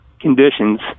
conditions